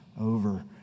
over